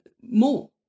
more